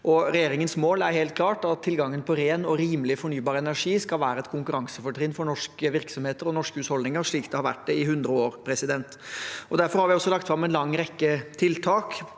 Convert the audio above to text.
Regjeringens mål er helt klart: Tilgangen på ren og rimelig fornybar energi skal være et konkurransefortrinn for norske virksomheter og norske husholdninger, slik det har vært i hundre år. Derfor har vi også lagt fram en lang rekke tiltak,